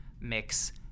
mix